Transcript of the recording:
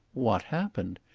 what happened?